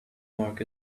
mark